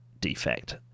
defect